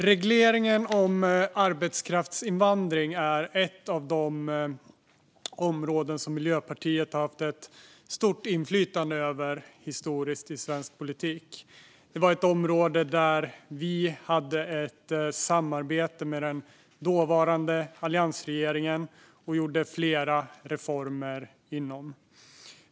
Regleringen av arbetskraftsinvandring är ett av de områden som Miljöpartiet har haft ett stort inflytande över i svensk politik. Det var ett område där vi hade ett samarbete med den dåvarande alliansregeringen och gjorde flera reformer.